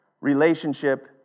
Relationship